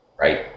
Right